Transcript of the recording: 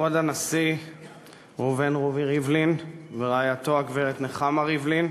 כבוד הנשיא ראובן רובי ריבלין ורעייתו הגברת נחמה ריבלין,